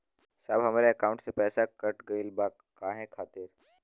साहब हमरे एकाउंट से पैसाकट गईल बा काहे खातिर?